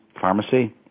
Pharmacy